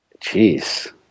Jeez